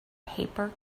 paper